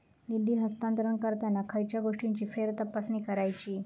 निधी हस्तांतरण करताना खयच्या गोष्टींची फेरतपासणी करायची?